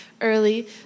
early